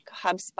hubspot